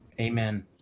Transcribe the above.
Amen